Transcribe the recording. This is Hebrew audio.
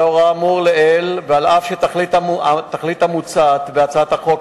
לאור האמור לעיל, ואף שהתכלית המוצעת בהצעת החוק